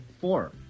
Four